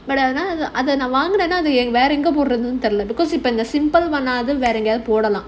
but அது:adhu because வேற எங்க போட்றதுன்னு தெரியல:vera enga podrathunae therila simple [one] வேற எங்கயாவது போடலாம்:vera engayaavathu podalaam